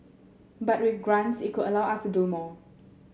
but with grants it could allow us to do more